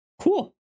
Cool